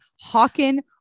hawking